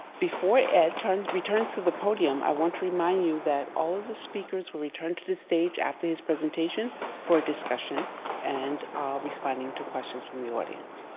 before ed returns returns to the podium i want to remind you that all of the speakers will return to the stage after his presentation for discussion and responding to questions from the audience.